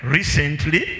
Recently